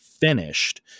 finished